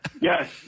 yes